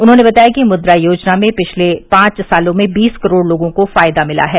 उन्होंने बताया कि मुद्रा योजना में पिछले पांच सालों में बीस करोड़ लोगों को फायदा मिला है